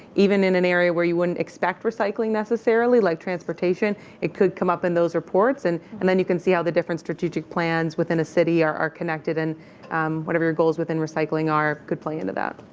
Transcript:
even in an area where you wouldn't expect recycling necessarily. like transportation. it could come up in those reports. and and then you can see how the different strategic plans within a city are are connected. and whatever your goals within recycling are could play into that.